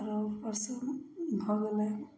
आ रौ परसूमे भगलै